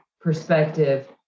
perspective